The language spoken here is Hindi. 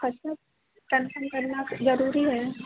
मतलब कन्फर्म करना जरूरी है